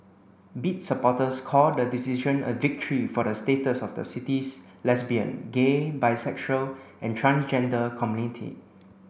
bid supporters called the decision a victory for the status of the city's lesbian gay bisexual and transgender community